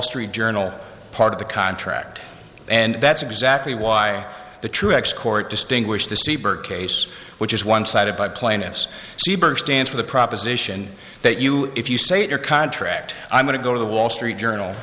street journal part of the contract and that's exactly why the tricks court distinguish the seeburg case which is one sided by plaintiffs stands for the proposition that you if you say your contract i'm going to go to the wall street journal